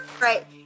right